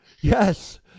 Yes